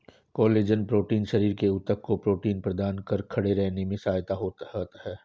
collagen protein शरीर के ऊतक को प्रोटीन प्रदान कर खड़े रहने में सहायक होता है